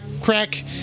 crack